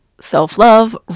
self-love